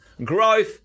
Growth